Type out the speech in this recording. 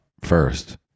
first